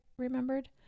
remembered